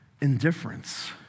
indifference